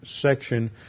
section